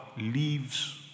leaves